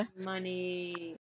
money